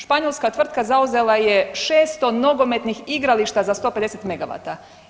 Španjolska tvrtka zauzela je šesto nogometnih igrališta za 150 megavata.